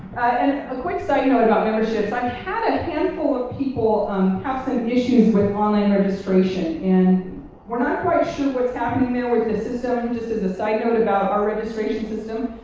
and a quick side note about memberships like had a hand full of people um have some issues with online registration. and we're not quite sure what's happening there with the system, just as a side note about our registration system.